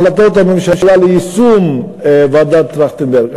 למה בכלל ההחלטות בממשלה ליישום המלצות ועדת טרכטנברג?